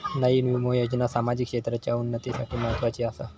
नयीन विमा योजना सामाजिक क्षेत्राच्या उन्नतीसाठी म्हत्वाची आसा